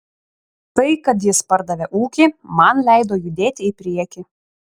tai kad jis pardavė ūkį man leido judėti į priekį